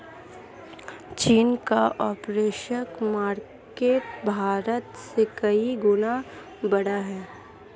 चीन का forex market Bharat से कई गुना बड़ा है